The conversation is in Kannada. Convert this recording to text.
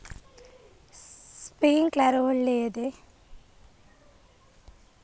ಸ್ಪಿರಿನ್ಕ್ಲೆರ್ ಒಳ್ಳೇದೇ?